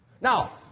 Now